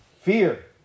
fear